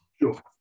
Sure